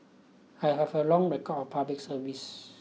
I have a long record of public service